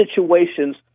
situations